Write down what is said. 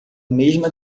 mesma